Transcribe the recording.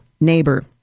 neighbor